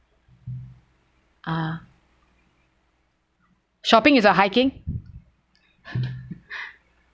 ah shopping is a hiking